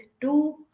two